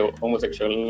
homosexual